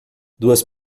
duas